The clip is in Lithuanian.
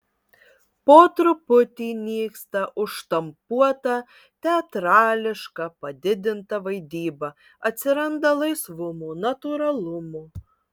po truputį nyksta užštampuota teatrališka padidinta vaidyba atsiranda laisvumo natūralumo